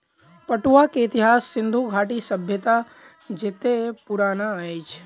पटुआ के इतिहास सिंधु घाटी सभ्यता जेतै पुरान अछि